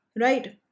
right